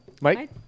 Mike